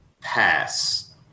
pass